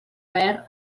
verd